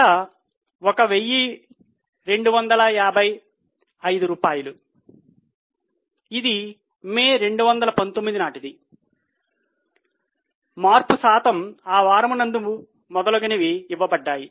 ధర ఒక వెయ్యి రెండు వందల యాభై ఐదు రూపాయలు ఇది మే 2019 నాటిది మార్పు శాతం ఆ వారము నందు మొదలగునవి ఇవ్వబడ్డాయి